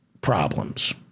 problems